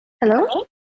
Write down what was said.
Hello